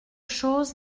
choses